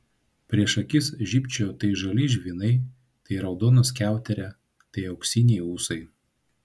prieš akis žybčiojo tai žali žvynai tai raudona skiauterė tai auksiniai ūsai